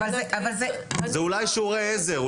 זה אולי שיעורי עזר.